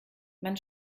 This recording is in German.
man